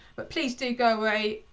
but please do go away,